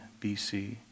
BC